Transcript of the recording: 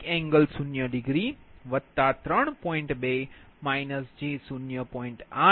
એ જ રીતે V2VrI2Z21∠03